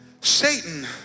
Satan